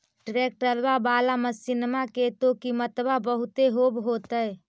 ट्रैक्टरबा बाला मसिन्मा के तो किमत्बा बहुते होब होतै?